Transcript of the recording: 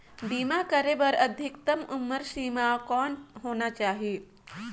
बीमा करे बर अधिकतम उम्र सीमा कौन होना चाही?